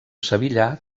sevillà